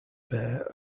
bear